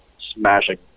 smashing